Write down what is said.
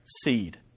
seed